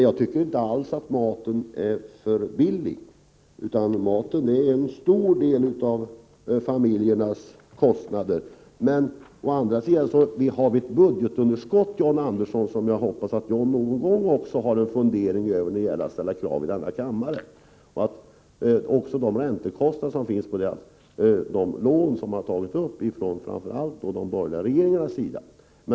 Jag tycker inte alls att maten är för billig, utan matkostnaderna står för en stor del av familjernas kostnader. Men å andra sidan har vi ett budgetunderskott — en omständighet som jag hoppas att även John Andersson någon gång funderar över, när det ställs krav i denna kammare. Man måste också ta hänsyn till räntekostnaderna för de lån som tagits upp framför allt av de borgerliga regeringarna.